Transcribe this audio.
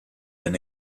been